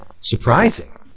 surprising